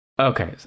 Okay